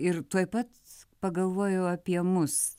ir tuoj pats pagalvoju apie mus